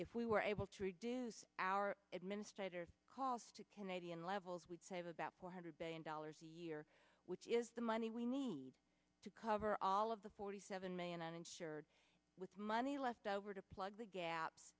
if we were able to reduce our administrator calls to canadian levels we'd save about four hundred billion dollars a year which is the money we need to cover all of the forty seven million uninsured with money left over to plug the gap